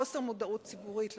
חוסר מודעות ציבורית לנושא.